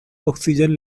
oxygen